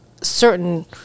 certain